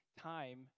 time